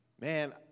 man